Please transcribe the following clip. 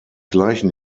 gleichen